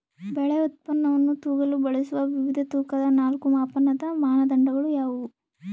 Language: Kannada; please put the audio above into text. ಬೆಳೆ ಉತ್ಪನ್ನವನ್ನು ತೂಗಲು ಬಳಸುವ ವಿವಿಧ ತೂಕದ ನಾಲ್ಕು ಮಾಪನದ ಮಾನದಂಡಗಳು ಯಾವುವು?